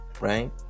Right